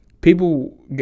people